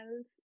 else